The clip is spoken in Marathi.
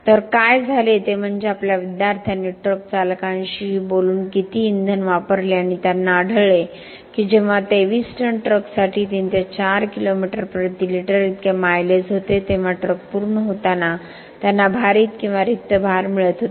तर काय झाले ते म्हणजे आपल्या विद्यार्थ्यांनी ट्रक चालकांशीही बोलून किती इंधन वापरले आणि त्यांना आढळले की जेव्हा 23 टन ट्रकसाठी 3 आणि 4 किलोमीटर प्रति लिटर इतके मायलेज होते तेव्हा ट्रक पूर्ण होताना त्यांना भारित किंवा रिक्त भार मिळत होते